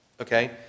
okay